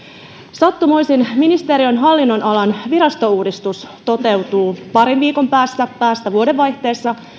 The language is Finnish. sattumoisin ministeriön hallinnonalan virastouudistus toteutuu parin viikon päästä päästä vuodenvaihteessa